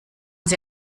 sie